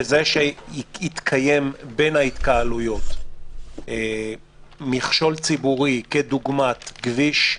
בזה שבין ההתקהלות יתקיים מכשול ציבורי כדוגמת כביש,